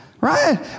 right